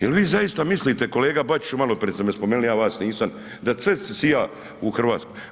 Je li vi zaista mislite, kolega Bačiću, maloprije ste me spomenuli, ja vas nisam, da sve sija u Hrvatskoj?